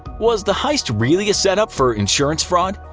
was the heist really a setup for insurance fraud?